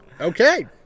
okay